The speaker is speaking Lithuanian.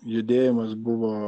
judėjimas buvo